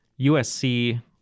USC